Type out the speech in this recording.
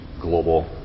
global